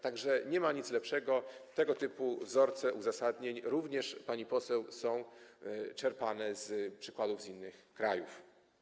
Tak że nie ma nic lepszego, tego typu wzorce uzasadnień również, pani poseł, są czerpane z przykładów z innych krajów.